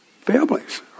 families